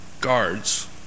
guards